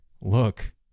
Look